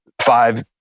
Five